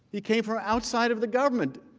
he came from outside of the government,